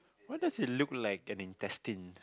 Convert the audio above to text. what does it look like an intestine